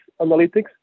analytics